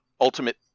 ultimate